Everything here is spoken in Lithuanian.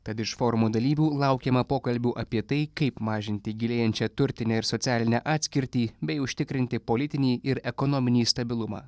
tad iš forumo dalyvių laukiama pokalbių apie tai kaip mažinti gilėjančią turtinę ir socialinę atskirtį bei užtikrinti politinį ir ekonominį stabilumą